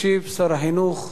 ישיב שר החינוך,